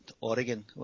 Oregon